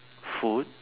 food